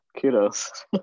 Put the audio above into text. Kudos